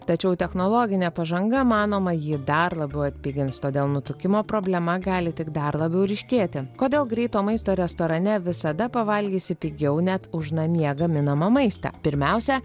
tačiau technologinė pažanga manoma jį dar labiau atpigins todėl nutukimo problema gali tik dar labiau ryškėti kodėl greito maisto restorane visada pavalgysi pigiau net už namie gaminamą maistą pirmiausia